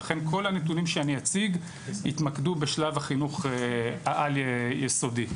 ולכן כל הנתונים שאני אציג יתמקדו בשלב החינוך העל יסודי.